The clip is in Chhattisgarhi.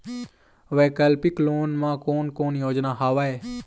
वैकल्पिक लोन मा कोन कोन योजना हवए?